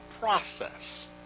process